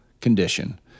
condition